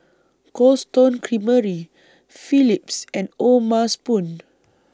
Cold Stone Creamery Phillips and O'ma Spoon